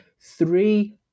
three